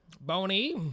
Bony